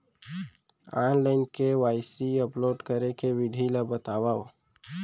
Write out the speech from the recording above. Online KYC upload करे के विधि ला बतावव?